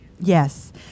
Yes